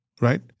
right